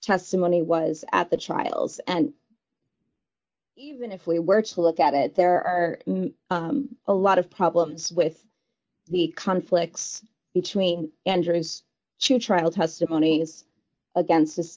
testimony was at the trials and even if we were to look at it there are a lot of problems with the conflicts between andrews to trial testimony against th